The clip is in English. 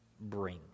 bring